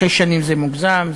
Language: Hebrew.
שש שנים זה מוגזם,